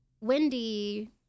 Wendy